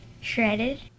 shredded